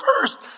first